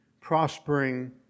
prospering